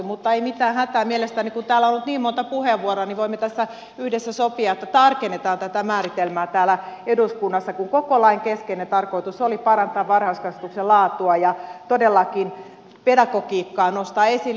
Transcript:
mutta ei mitään hätää mielestäni kun täällä on nyt niin monta puheenvuoroa voimme tässä yhdessä sopia että tarkennetaan tätä määritelmää täällä eduskunnassa kun koko lain keskeinen tarkoitus oli parantaa varhaiskasvatuksen laatua ja todellakin pedagogiikkaa nostaa esille